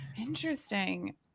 interesting